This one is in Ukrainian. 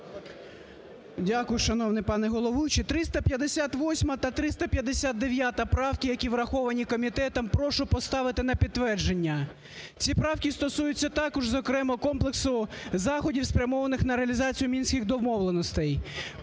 Дякую, шановний пане головуючий. 358-а та 359 правки, які враховані комітетом, прошу поставити на підтвердження. Ці правки стосуються також, зокрема, комплексу заходів, спрямованих на реалізацію Мінських домовленостей.